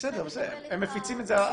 אפשר לקבל את --- הם מפיצים את זה,